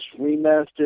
remastered